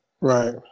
Right